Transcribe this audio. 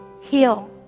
heal